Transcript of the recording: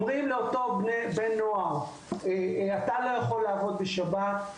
אומרים לבני נוער שהם לא יכולים לעבוד בשבת.